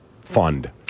fund